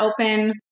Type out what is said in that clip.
open